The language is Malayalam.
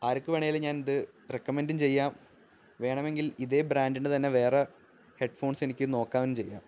ആര്ക്ക് വേണേലും ഞാനിത് റെക്കമെൻറ്റും ചെയ്യാം വേണമെങ്കില് ഇതേ ബ്രാൻറ്റിന്റെ തന്നെ വേറെ ഹെഡ്ഫോൺസെനിക്ക് നോക്കുകയും ചെയ്യാം